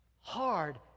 hard